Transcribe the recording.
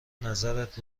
نظرت